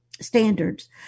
standards